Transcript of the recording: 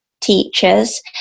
teachers